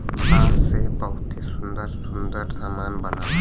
बांस से बहुते सुंदर सुंदर सामान बनला